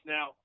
Now